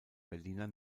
berliner